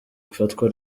ifatwa